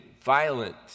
violent